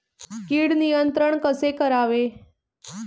कीड नियंत्रण कसे करावे?